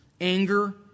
anger